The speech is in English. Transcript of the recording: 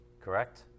Correct